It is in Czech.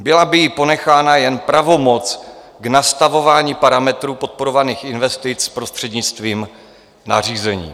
Byla by jí ponechána jen pravomoc k nastavování parametrů podporovaných investic prostřednictvím nařízení.